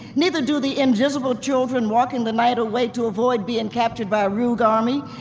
neither do the invisible children walking the night away to avoid being captured by a rogue army,